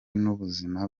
n’ubuzima